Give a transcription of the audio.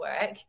work